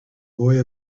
boy